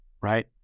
right